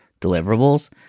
deliverables